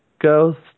ghost